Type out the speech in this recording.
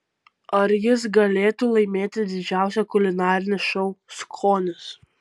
ar jis galėtų laimėti didžiausią kulinarinį šou skonis